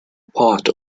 part